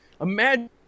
imagine